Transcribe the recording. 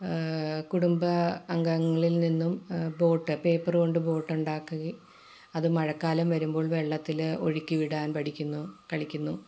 കുടുംബ അംഗങ്ങളില് നിന്നും ബോട്ട് പേപ്പറ് കൊണ്ട് ബോട്ടുണ്ടാക്കുക അത് മഴക്കാലം വരുമ്പോള് വെള്ളത്തിൽ ഒഴുക്കിവിടാന് പഠിക്കുന്നു കളിക്കുന്നു